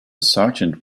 sergeant